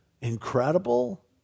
incredible